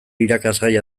irakasgai